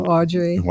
Audrey